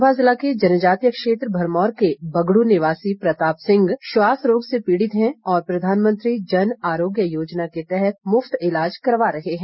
चंबा ज़िला के जनजातीय क्षेत्र भरमौर के बगड़ू निवासी प्रताप सिंह श्वास रोग से पीड़ित हैं और प्रधानमंत्री जन आरोग्य योजना के तहत मुफ्त ईलाज करवा रहे हैं